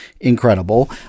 incredible